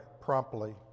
promptly